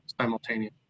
simultaneous